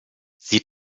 sie